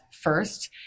first